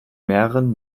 mehreren